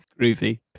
groovy